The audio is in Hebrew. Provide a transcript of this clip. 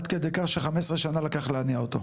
עד כדי כך ש-15 שנה לקח להניע אותו.